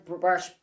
brush